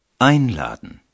Einladen